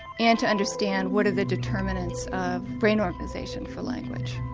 and to understand what are the determinants of brain organisation for language.